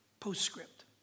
postscript